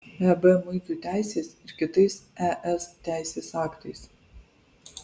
eb muitų teisės ir kitais es teisės aktais